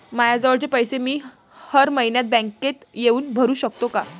मायाजवळचे पैसे मी हर मइन्यात बँकेत येऊन भरू सकतो का?